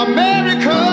America